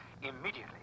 immediately